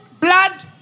blood